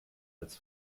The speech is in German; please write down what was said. als